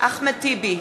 אחמד טיבי,